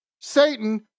Satan